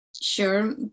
Sure